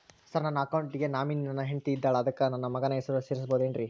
Sir ನನ್ನ account ಗೆ nominee ನನ್ನ ಹೆಂಡ್ತಿ ಇದ್ದಾಳ ಅದಕ್ಕ ನನ್ನ ಮಗನ ಹೆಸರು ಸೇರಸಬಹುದೇನ್ರಿ?